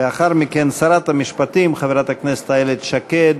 לאחר מכן שרת המשפטים חברת הכנסת איילת שקד